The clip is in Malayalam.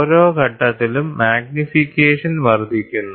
ഓരോ ഘട്ടത്തിലും മാഗ്നിഫിക്കേഷൻ വർദ്ധിക്കുന്നു